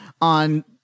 on